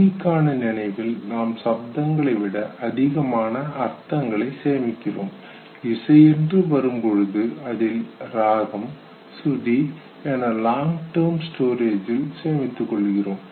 மொழிக்கான நினைவில் நாம் சப்தங்களை விட அதிகமாக அர்த்தங்களை சேமிக்கிறோம் இசை என்று வரும்பொழுது அதில் ராகம் சுருதி என லாங் டெர்ம் ஸ்டோரேஜ் ல் சேமித்துக் கொள்கிறோம்